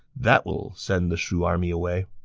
that will send the shu army away.